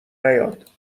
نیاد